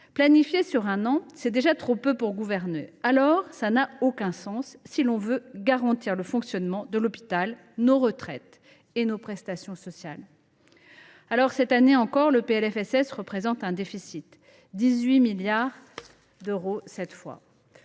planifier sur un an est déjà trop peu pour gouverner, une telle échéance n’a aucun sens si l’on veut garantir le fonctionnement de l’hôpital, nos retraites et nos prestations sociales. Cette année encore, le PLFSS présente un déficit : 18 milliards d’euros cette fois